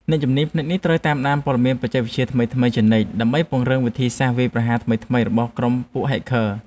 អ្នកជំនាញផ្នែកនេះត្រូវតាមដានព័ត៌មានបច្ចេកវិទ្យាថ្មីៗជានិច្ច ដើម្បីដឹងពីវិធីសាស្ត្រវាយប្រហារថ្មីៗរបស់ពួកក្រុមហែកឃ័រ។